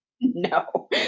No